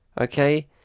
okay